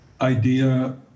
idea